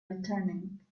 returning